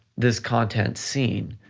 this content seen,